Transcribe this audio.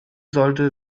sollte